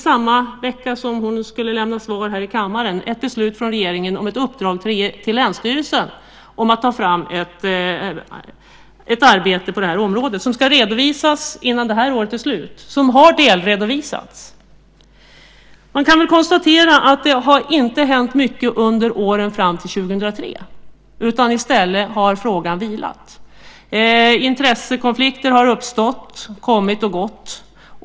Samma vecka som hon skulle lämna ett svar här i kammaren kom det ett beslut från regeringen om ett uppdrag till länsstyrelsen om att ta fram ett arbete på området - ett arbete som ska redovisas innan det här året är slut och som har delredovisats. Man kan väl konstatera att inte mycket har hänt under åren fram till 2003. I stället har frågan så att säga vilat. Intressekonflikter har uppstått - sådana har kommit och gått.